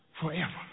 forever